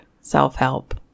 self-help